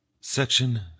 section